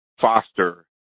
foster